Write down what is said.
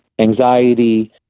anxiety